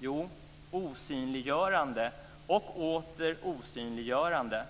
Jo, osynliggörande och åter osynliggörande.